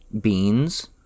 Beans